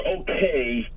okay